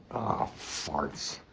farts.